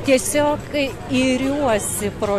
tiesiog kai iriuosi pro